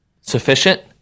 sufficient